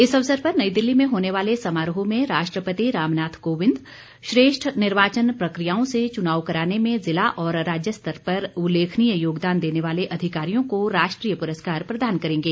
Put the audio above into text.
इस अवसर पर नई दिल्ली में होने वाले समारोह में राष्ट्रपति रामनाथ कोविंद श्रेष्ठ निर्वाचन प्रक्रियाओं से चुनाव कराने में जिला और राज्य स्तर पर उल्लेखनीय योगदान देने वाले अधिकारियों को राष्ट्रीय पुरस्कार प्रदान करेंगे